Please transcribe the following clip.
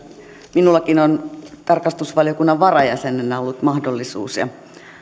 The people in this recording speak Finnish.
minullakin on tarkastusvaliokunnan varajäsenenä ollut mahdollisuus ja